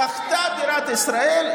זכתה בירת ישראל,